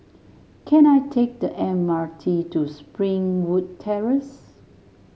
can I take the M R T to Springwood Terrace